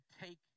take